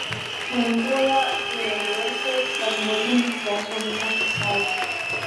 koimbroje kai regėjosi kad mudviem priklauso visas pasaulis